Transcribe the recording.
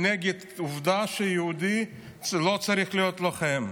נגד העובדה שיהודי לא צריך להיות לוחם.